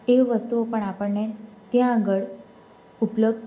એ વસ્તુઓ પણ આપણને ત્યાં આગળ ઉપલબ્ધ